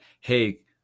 hey